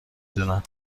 دونن